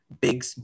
big